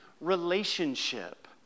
relationship